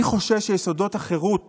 אני חושש שיסודות החירות